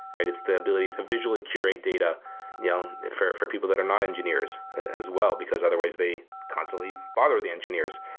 right? it's the ability to visually curate data yeah um for for people that are not engineers as well, because otherwise they constantly bother the engineers.